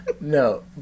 No